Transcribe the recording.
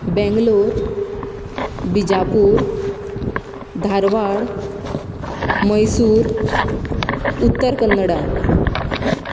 Bangalore Bijapur Dharwad Mysore Uttara Kannada